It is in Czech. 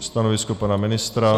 Stanovisko pana ministra?